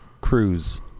cruise